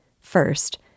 First